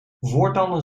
voortanden